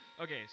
okay